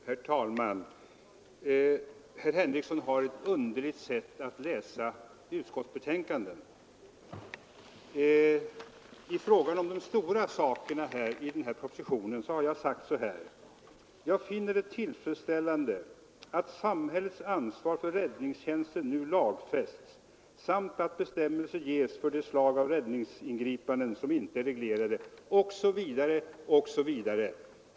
Herr talman! Herr Henrikson har ett underligt sätt att läsa utskottsbetänkanden. I fråga om de stora sakerna i propositionen har jag sagt att jag finner det tillfredsställande att samhällets ansvar för räddningstjänsten nu lagfästs samt att bestämmelser ges för det slag av räddningsingripanden som inte är reglerade, osv., osv., citerat ur betänkandet.